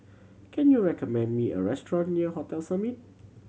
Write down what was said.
can you recommend me a restaurant near Hotel Summit